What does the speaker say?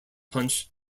punch